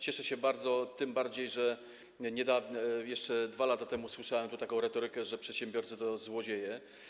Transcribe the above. Cieszę się bardzo, tym bardziej że jeszcze 2 lata temu słyszałem tu taką retorykę, że przedsiębiorcy to złodzieje.